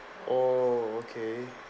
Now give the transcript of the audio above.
oh okay